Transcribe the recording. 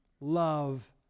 love